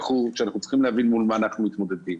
הוא שאנחנו צריכים להבין מול מה אנחנו מתמודדים.